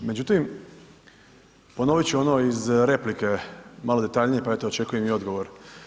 Međutim, ponoviti ću ono iz replike malo detaljnije pa eto očekujem i odgovor.